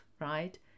right